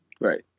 Right